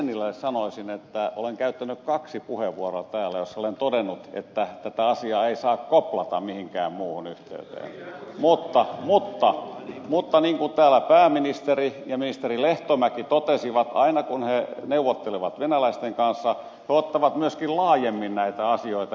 tennilälle sanoisin että olen käyttänyt kaksi puheenvuoroa täällä joissa olen todennut että tätä asiaa ei saa koplata mihinkään muuhun yhteyteen mutta niin kuin täällä pääministeri ja ministeri lehtomäki totesivat että aina kun he neuvottelevat venäläisten kanssa he ottavat myöskin laajemmin näitä asioita esille